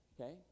okay